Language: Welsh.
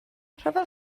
rhyfel